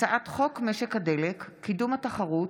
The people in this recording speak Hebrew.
הצעת חוק משק הדלק (קידום התחרות)